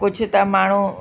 कुझु त माण्हूं